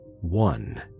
one